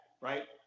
right